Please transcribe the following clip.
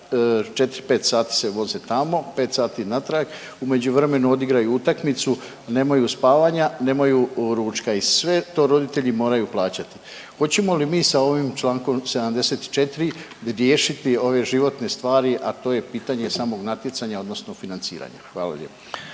4-5 sati se voze tamo, 5 sati natrag, u međuvremenu odigraju utakmicu nemaju spavanja, nemaju ručka i sve to roditelji moraju plaćati. Hoćemo li mi sa ovim Člankom 74. riješiti ove životne stvari, a to je pitanje samog natjecanja odnosno financiranja. Hvala lijepo.